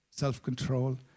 self-control